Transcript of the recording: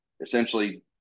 essentially